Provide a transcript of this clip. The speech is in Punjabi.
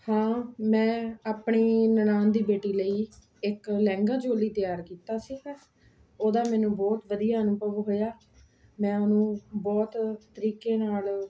ਹਾਂ ਮੈਂ ਆਪਣੀ ਨਨਾਣ ਦੀ ਬੇਟੀ ਲਈ ਇੱਕ ਲਹਿੰਗਾ ਚੋਲੀ ਤਿਆਰ ਕੀਤਾ ਸੀਗਾ ਉਹਦਾ ਮੈਨੂੰ ਬਹੁਤ ਵਧੀਆ ਅਨੁਭਵ ਹੋਇਆ ਮੈਂ ਉਹਨੂੰ ਬਹੁਤ ਤਰੀਕੇ ਨਾਲ